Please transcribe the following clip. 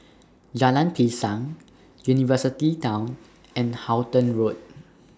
Jalan Pisang University Town and Halton Road